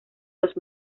los